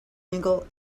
angle